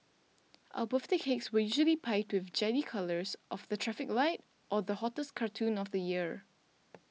our birthday cakes were usually piped with jelly colours of the traffic light or the hottest cartoon of the year